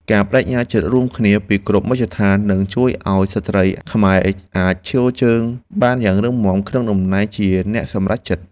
ការប្តេជ្ញាចិត្តរួមគ្នាពីគ្រប់មជ្ឈដ្ឋាននឹងជួយឱ្យស្ត្រីខ្មែរអាចឈរជើងបានយ៉ាងរឹងមាំក្នុងតំណែងជាអ្នកសម្រេចចិត្ត។